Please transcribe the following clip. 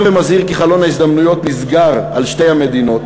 ומזהיר כי חלון ההזדמנויות לגבי שתי המדינות